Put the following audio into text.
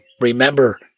Remember